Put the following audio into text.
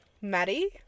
Maddie